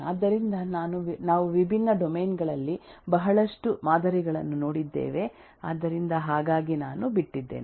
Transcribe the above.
ಆದ್ದರಿಂದ ನಾವು ವಿಭಿನ್ನ ಡೊಮೇನ್ ಗಳಲ್ಲಿ ಬಹಳಷ್ಟು ಮಾದರಿಗಳನ್ನು ನೋಡಿದ್ದೇವೆ ಆದ್ದರಿಂದ ಹಾಗಾಗಿ ನಾನು ಬಿಟ್ಟಿದ್ದೇನೆ